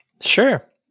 Sure